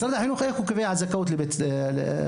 איך משרד החינוך קובע זכאות לבגרות?